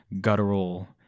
guttural